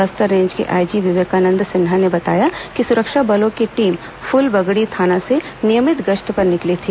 Bastar range के IG Vivekanand Sinha ने बताया कि सुरक्षा बलों की टीम फुलबगड़ी थाना से नियमित गश्त पर निकली थी